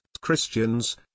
Christians